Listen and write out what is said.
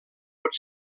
pot